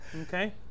Okay